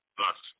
thus